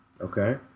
Okay